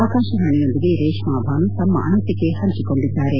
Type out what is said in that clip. ಆಕಾಶವಾಣೆಯೊಂದಿಗೆ ರೇಷ್ನಾಭಾನು ತಮ್ಮ ಅನಿಸಿಕೆ ಹಂಚಿಕೊಂಡಿದ್ದಾರೆ